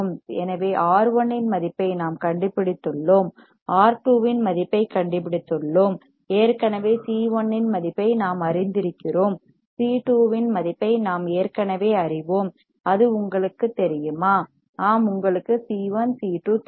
எனவே R1 இன் மதிப்பை நாம் கண்டுபிடித்துள்ளோம் R2 இன் மதிப்பைக் கண்டுபிடித்தோம் ஏற்கனவே C1 இன் மதிப்பை நாம் அறிந்திருக்கிறோம் C2 இன் மதிப்பை நாம் ஏற்கனவே அறிவோம் அது உங்களுக்குத் தெரியுமா ஆம் உங்களுக்கு C1 C2 தெரியும்